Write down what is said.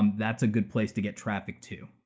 um that's a good place to get traffic, too.